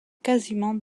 quasiment